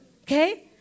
Okay